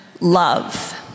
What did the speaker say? love